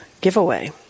giveaway